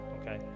okay